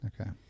okay